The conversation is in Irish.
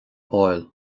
fháil